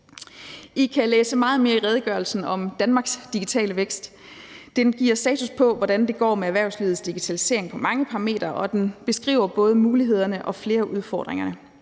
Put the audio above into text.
I kan læse meget mere i redegørelsen om Danmarks digitale vækst. Den giver en status på, hvordan det går med erhvervslivets digitalisering på mange parametre, og den beskriver både mulighederne og flere af udfordringerne.